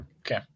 Okay